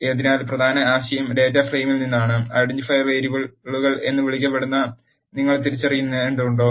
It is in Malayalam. അതിനാൽ പ്രധാന ആശയം ഡാറ്റ ഫ്രെയിമിൽ നിന്നാണ് ഐഡന്റിഫയർ വേരിയബിളുകൾ എന്ന് വിളിക്കപ്പെടുന്നവ നിങ്ങൾ തിരിച്ചറിയേണ്ടതുണ്ടോ